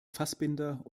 fassbinder